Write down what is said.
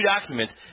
documents